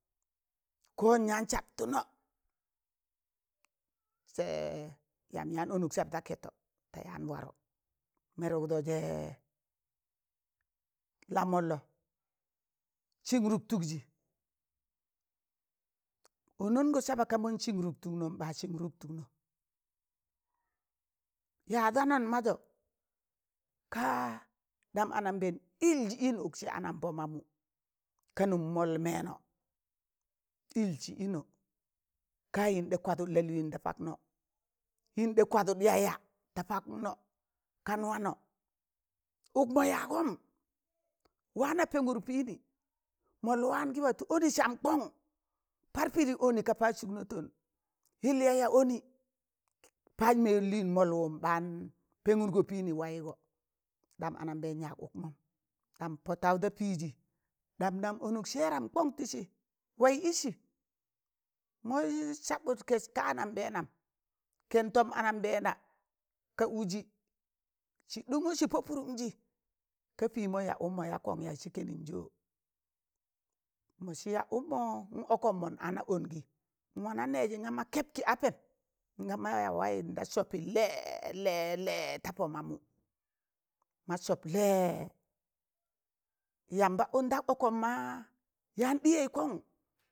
Ko n yaan sabtụnẹ sẹ yamb yan ọnụk sab da kẹtọ ta yaam warọ mẹrụk do jẹẹ la mọllọ, sịn rụktụkzị, ọnungọ saba kaa mọn sịn rụktụknọ, m ɓa sịn rụktụknọ ya danon mazọ, kaa ɗam anam bẹẹn ịlzị ịno ụksị jẹ anan pọ mamụ ka mụm mọl mẹẹnọ ịlsị ịnọ kaa yịn ɗaa kwadụt lalịịn da paknọ, yịn ɗa kwadụk yaya da paknọ kan wanọ, ụkmo yaagọm waana pẹnụr pịịnị mọl waangị watụ ọni ̣sam kọn par pịdị ọnị kaa pas sụknọtọn yịl yaya ọnị pas mẹịn lịịn mọlwụm baan pẹnụrgo pịịnị waịgọ ɗam anambẹẹn yag ụk mọm ɗam pọtaụ da pịịzị ɗam nan ọnụk sẹẹram kọn tịsị waị ịsị mọs sabụt kẹsi ka anambẹẹnam kẹn tọm a nambẹẹna ka ụiị sị ɗụngusị pọ pụrunjị ka pịịmọ ya ụkmọ ya kọn ya? sị kẹnịn jọ? mọnsị ya ụkmọ n ọkọm mọn ọna ọnịgị n wana nẹẹzị ngaa ma kẹb kị apẹm ngaa ma ya wayịn da sọpị lẹẹ lẹẹ lẹẹ ta pọ mamụ ma sọp lẹẹ yamba ọndak ọkọm maa yaam ɗịyẹn kọng.